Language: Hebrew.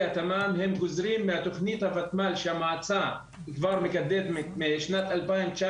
התמ"מ הם נגזרים מתכנית הוותמ"ל שהמועצה כבר מקדמת משנת 2019,